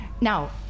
Now